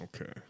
Okay